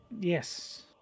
Yes